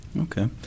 Okay